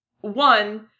one